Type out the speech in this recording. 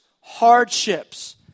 hardships